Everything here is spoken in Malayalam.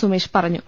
സുമേഷ് പറഞ്ഞു